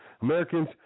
Americans